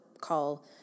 call